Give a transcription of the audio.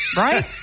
Right